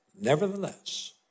Nevertheless